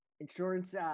insurance